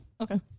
Okay